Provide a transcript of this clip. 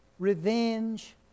revenge